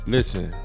Listen